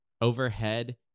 overhead